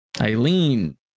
Eileen